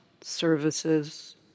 services